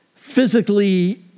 physically